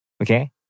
Okay